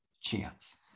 chance